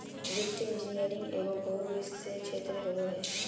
वित्तीय इंजीनियरिंग एगो बहुविषयी क्षेत्र होबो हइ